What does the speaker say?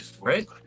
Right